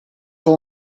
all